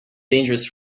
dangerous